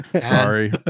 Sorry